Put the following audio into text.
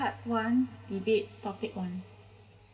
part one debate topic one